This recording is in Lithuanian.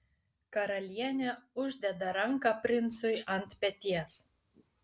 karalienė uždeda ranką princui ant peties